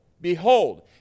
Behold